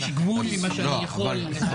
יש גבול למה שאני יכול לסבול.